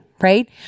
right